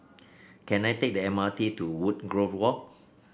can I take the M R T to Woodgrove Walk